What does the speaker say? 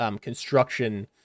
construction